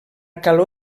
calor